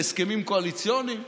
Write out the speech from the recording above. להסכמים קואליציוניים.